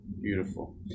Beautiful